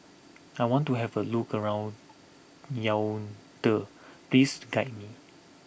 I want to have a look around Yaounde please guide me